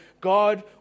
God